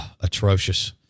atrocious